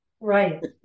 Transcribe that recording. right